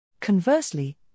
Conversely